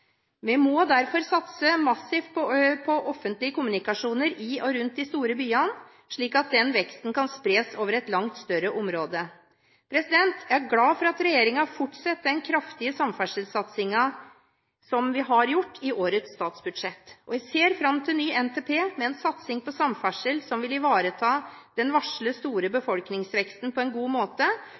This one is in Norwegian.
Vi må derfor satse massivt på offentlige kommunikasjoner i og rundt de store byene, slik at veksten kan spres over et langt større område. Jeg er glad for at regjeringen fortsetter den kraftige samferdselssatsingen – som vi har gjort i årets statsbudsjett – og jeg ser fram til ny NTP med en satsing på samferdsel som vil ivareta den varslede store befolkningsveksten på en god måte